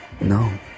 No